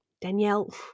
Danielle